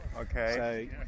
Okay